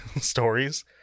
stories